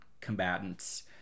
combatants